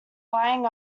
buying